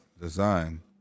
design